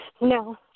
No